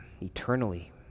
eternally